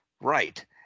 Right